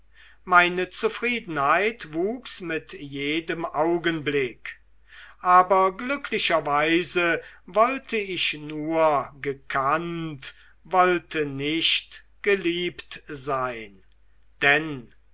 meine zufriedenheit wuchs mit jedem augenblick aber glücklicherweise wollte ich nur gekannt wollte nicht geliebt sein denn